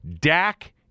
Dak